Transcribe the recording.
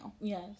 Yes